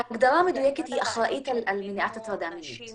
ההגדרה המדויקת היא אחראית על מניעת הטרדה מינית.